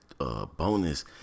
bonus